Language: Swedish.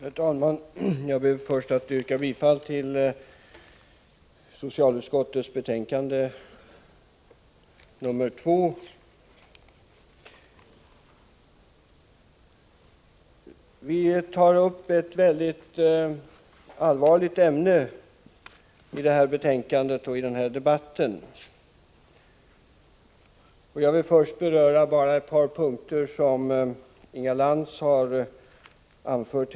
Herr talman! Jag ber att få yrka bifall till hemställan i socialutskottets betänkande 2. Vi tar upp ett mycket allvarligt ämne i detta betänkande och i denna debatt. Jag vill först beröra ett par punkter som Inga Lantz har anfört.